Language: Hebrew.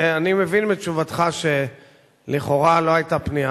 אני מבין מתשובתך שלכאורה לא היתה פנייה.